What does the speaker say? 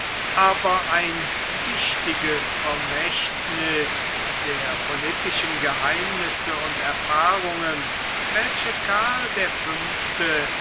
aber ein wichtiges vermächtniß der politischen geheimnisse und erfahrungen welche karl der fünfte